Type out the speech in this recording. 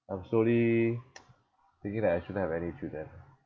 I'm slowly thinking that I shouldn't have any children